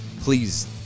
please